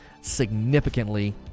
significantly